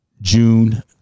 June